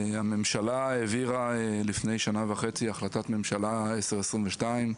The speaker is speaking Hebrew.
הממשלה העבירה לפני כשנה וחצי את החלטת הממשלה 1022,